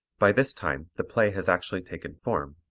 by this time the play has actually taken form,